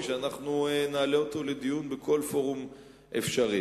שאנחנו נעלה אותו לדיון בכל פורום אפשרי.